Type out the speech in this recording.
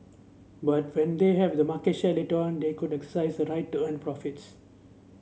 but when they have the market share later on they could exercise the right to earn profits